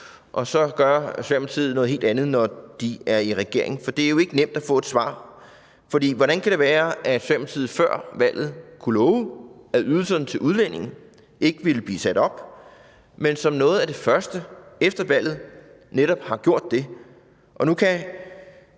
og så gør Socialdemokratiet noget helt andet, når de er i regering. Det er jo ikke nemt at få et svar, for hvordan kan det være, at Socialdemokratiet før valget kunne love, at ydelserne til udlændinge ikke ville blive sat op, men som noget af det første efter valget netop har gjort det? Nu kan